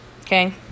Okay